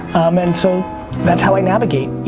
and so that's how i navigate.